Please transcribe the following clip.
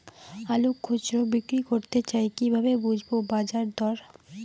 আলু খুচরো বিক্রি করতে চাই কিভাবে বুঝবো বাজার দর?